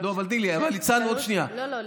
אבל תני לי, לא, לא.